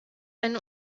ein